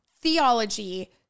theology